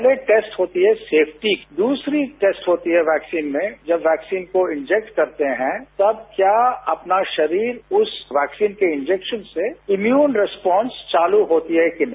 तो पहली टैस्ट होती है सेफ्टी दूसरी टैस्ट होती है वैक्सीन में जब वैक्सीन को इंजैक्ट करते हैं तब क्या अपना शरीर उस वैक्सीन के इंजैक्शन से इम्यून रैस्पॉस चालू होती है कि नहीं